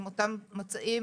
עם אותם מצעים.